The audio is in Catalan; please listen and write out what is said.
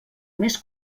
més